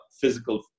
physical